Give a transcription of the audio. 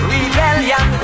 Rebellion